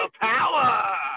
power